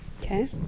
Okay